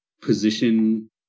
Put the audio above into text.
position